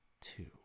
two